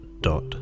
dot